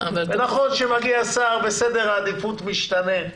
נכון שמגיע שר סדר העדיפות משתנה,